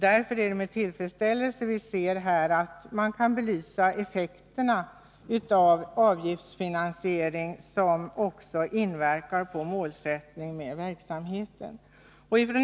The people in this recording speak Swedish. Därför är det med tillfredsställelse vi konstaterar att man här kan belysa effekterna av en avgiftsfinansiering som också inverkar på målsättningen med verksamheten.